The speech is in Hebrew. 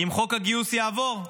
אם חוק הגיוס יעבור.